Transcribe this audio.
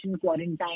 quarantine